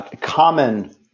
common